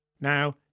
Now